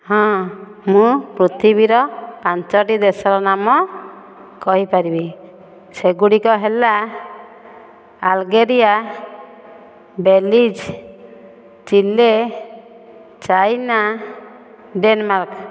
ହଁ ମୁଁ ପୃଥିବୀର ପାଞ୍ଚୋଟି ଦେଶର ନାମ କହିପାରିବି ସେଗୁଡ଼ିକ ହେଲା Algeria Belize Chile China Denmark